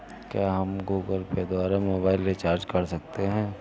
क्या हम Google Pay द्वारा मोबाइल रिचार्ज कर सकते हैं?